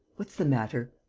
what's the matter?